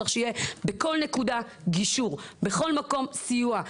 צריך שתהיה בכל נקודה גישור, בכל מקום סיוע.